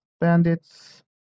bandits